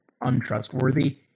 untrustworthy